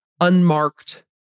unmarked